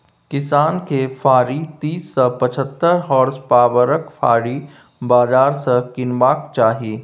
किसान केँ फारी तीस सँ पचहत्तर होर्सपाबरक फाड़ी बजार सँ कीनबाक चाही